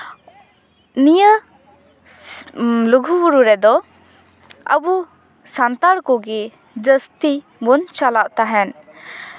ᱱᱤᱭᱟᱹ ᱞᱩᱜᱩᱼᱵᱩᱨᱩ ᱨᱮᱫᱚ ᱟᱹᱵᱩ ᱥᱟᱱᱛᱟᱲ ᱠᱚᱜᱮ ᱡᱟᱹᱥᱛᱤ ᱵᱚᱱ ᱪᱟᱞᱟᱜ ᱛᱟᱦᱮᱱ